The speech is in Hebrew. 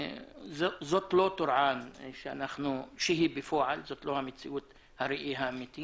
זו לא טורעאן בפועל, זה לא הראי האמיתי